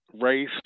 race